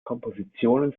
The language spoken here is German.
kompositionen